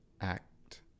Act